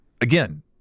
again